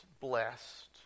blessed